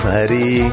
Hari